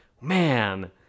man